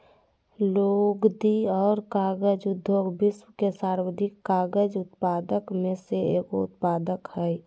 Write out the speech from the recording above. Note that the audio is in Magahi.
लुगदी और कागज उद्योग विश्व के सर्वाधिक कागज उत्पादक में से एगो उत्पाद हइ